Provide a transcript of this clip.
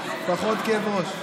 פחות כאב ראש.